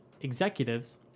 executives